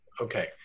Okay